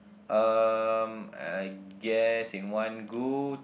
um I guess in one good